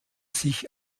sich